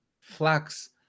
flax